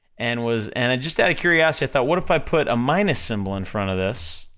and was, and i just, outta curiosity, i thought what if i put a minus symbol in front of this,